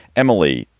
emily,